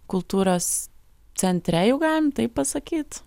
kultūros centre jau galim taip pasakyt